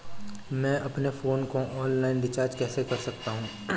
मैं अपने फोन को ऑनलाइन रीचार्ज कैसे कर सकता हूं?